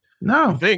no